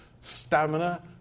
stamina